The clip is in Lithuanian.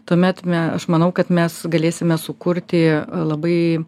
tuomet me aš manau kad mes galėsime sukurti labai